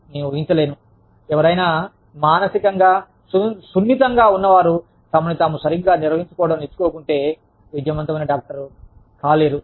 నేను ఊహించలేను ఎవరైనా మానసికంగా సున్నితంగా ఉన్నవారు తమని తాము సరిగ్గా నిర్వహించుకోవడం నేర్చుకుంటేనే విజయవంతమైన డాక్టరు అవుతారు